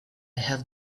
have